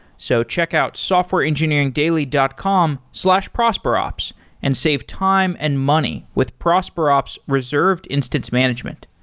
so check out softwareengineeringdaily dot com slash prosperops and save time and money with prosperops reserved instance management.